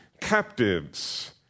captives